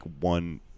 one